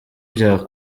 bya